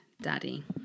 Daddy